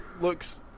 looks